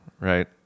right